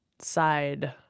side